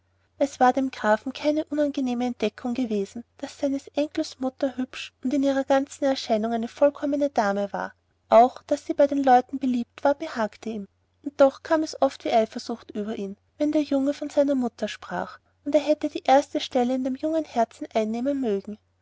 es war dem grafen keine unangenehme entdeckung gewesen daß seines enkels mutter hübsch und in ihrer ganzen erscheinung eine vollkommene dame war auch daß sie bei den leuten beliebt war behagte ihm und doch kam es oft wie eifersucht über ihn wenn der junge von seiner mutter sprach und er hätte die erste stelle in dem jungen herzen einnehmen mögen